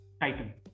Titan